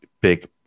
big